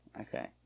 Okay